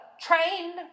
train